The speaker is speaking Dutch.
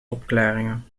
opklaringen